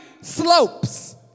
slopes